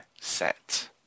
set